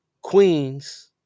Queens